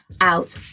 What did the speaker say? out